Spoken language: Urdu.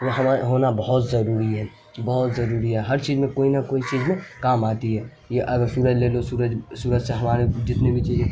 وہ ہمیں ہونا بہت ضروری ہے بہت ضروری ہے ہر چیز میں کوئی نہ کوئی چیز کام آتی ہے یہ اگر سورج لے لو سورج سورج سے ہمارے جتنے بھی چیزیں